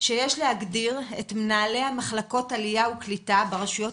שיש להגדיר את מנהלי המחלקות עלייה וקליטה ברשויות